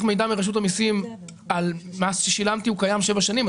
מידע מרשות המיסים על מס ששילמתי הוא קיים שבע שנים,